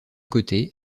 côtés